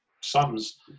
sums